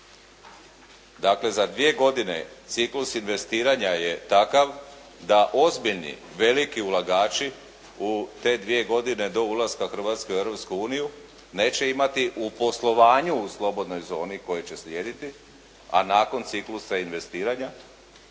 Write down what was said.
Dakle, za dvije godine ciklus investiranja je takav da ozbiljni, veliki ulagači u te dvije godine do ulaska Hrvatske u Europsku uniju neće imati u poslovanju u slobodnoj zoni koje će slijediti, a nakon ciklusa investiranja.